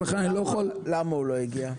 למה הוא לא הגיע?